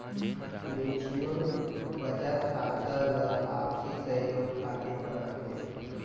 mutual बचत खाता ला आपसी सहयोग खातिर बनाथे